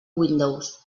windows